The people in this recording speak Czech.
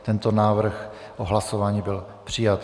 Tento návrh o hlasování byl přijat.